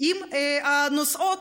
עם הנוסעות,